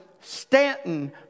Stanton